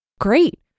Great